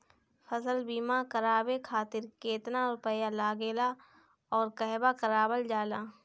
फसल बीमा करावे खातिर केतना रुपया लागेला अउर कहवा करावल जाला?